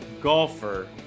golfer